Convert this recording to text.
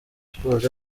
sports